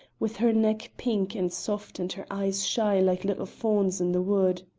with her neck pink and soft and her eyes shy like little fawns in the wood.